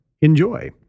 Enjoy